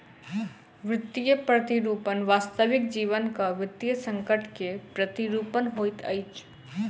वित्तीय प्रतिरूपण वास्तविक जीवनक वित्तीय संकट के प्रतिरूपण होइत अछि